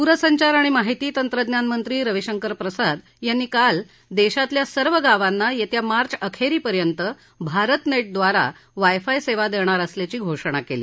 दूरसंचार आणि माहिती तंत्रज्ञानमंत्री रवीशंकर प्रसाद यांनी काल देशातल्या सर्व गावांना येत्या मार्च अखेरीपर्यंत भारतनेटड्वारा वाय फाय सेवा देणार असल्याची घोषणा केली